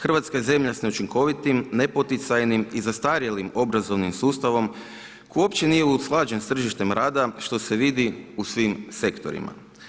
Hrvatska je zemlja s neučinkovitim, nepoticajnim i zastarjelim obrazovnim sustavom, koje uopće nije usklađen sa tržištem rada, što se vidi u svim sektorima.